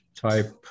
type